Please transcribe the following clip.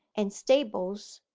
and stables,